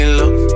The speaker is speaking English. look